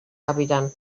capitán